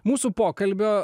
mūsų pokalbio